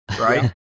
right